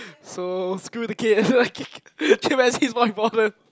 so screw the kid chimpanzee is more important